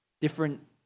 different